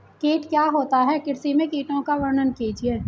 कीट क्या होता है कृषि में कीटों का वर्णन कीजिए?